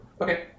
Okay